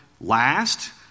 last